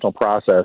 process